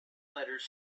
letters